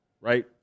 right